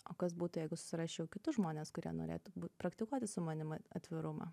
o kas būtų jeigu susirasčiau kitus žmones kurie norėtų praktikuoti su manim atvirumą